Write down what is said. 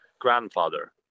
grandfather